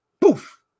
poof